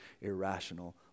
irrational